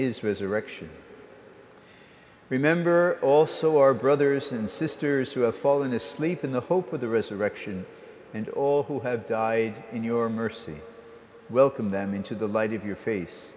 his resurrection remember also our brothers and sisters who have fallen asleep in the hope of the resurrection and all who have died in your mercy welcome them into the light of your face